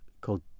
called